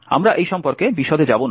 আমরা এই সম্পর্কে বিশদে যাব না